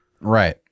right